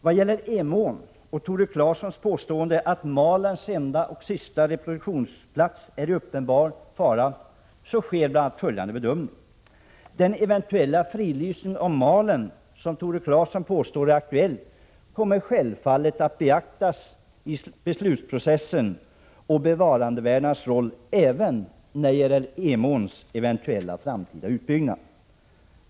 Vad gäller Emån och Tore Claesons påstående att malens enda och sista reproduktionsplats är 143 i uppenbar fara sker bl.a. följande bedömning. Den eventuella fridlysning av malen som Tore Claeson påstår är aktuell kommer självfallet att beaktas i beslutsprocessen, samt bevarandevärdenas roll, även när det gäller Emåns eventuella framtida utbyggnad.